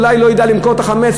אולי לא ידע למכור את החמץ,